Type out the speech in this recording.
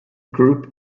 group